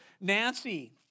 Nancy